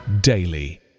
daily